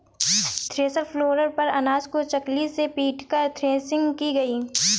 thresher floor पर अनाज को चकली से पीटकर थ्रेसिंग की गई